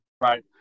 Right